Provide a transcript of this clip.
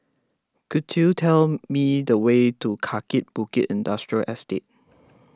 could you tell me the way to Kaki Bukit Industrial Estate